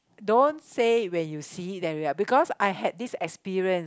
don't say when you see it that way because I have this experience